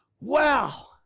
wow